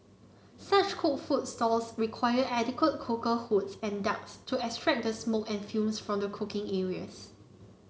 such cooked food stalls require adequate cooker hoods and ducts to extract the smoke and fumes from the cooking areas